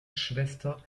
schwester